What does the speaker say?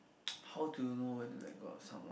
how do you know when to let go of someone